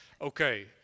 Okay